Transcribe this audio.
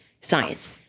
science